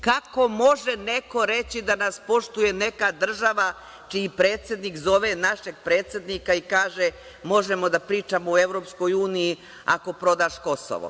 Kako može neko reći da nas poštuje neka država čiji predsednik zove našeg predsednika i kaže – možemo da pričamo o EU ako predaš Kosovo?